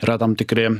yra tam tikri